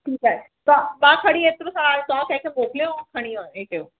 ठीक आहे तां तां खणी एतिरो कयो तहां कैंखे मोकिलियो खणी वञो इअं कयो